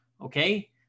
Okay